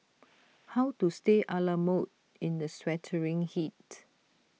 how to stay A la mode in the sweltering heat